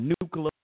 nuclear